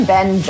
Ben